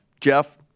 Jeff